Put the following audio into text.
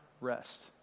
rest